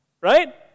right